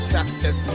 Success